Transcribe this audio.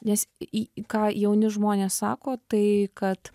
nes į ką jauni žmonės sako tai kad